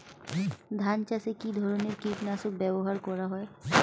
ধান চাষে কী ধরনের কীট নাশক ব্যাবহার করা হয়?